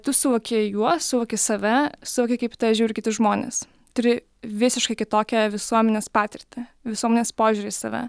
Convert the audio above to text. tu suvoki juos suvoki save suvoki kaip į tave žiūri kiti žmonės turi visiškai kitokią visuomenės patirtį visuomenės požiūrį į save